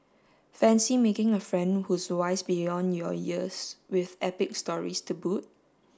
fancy making a friend who's wise beyond your years with epic stories to boot